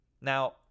Now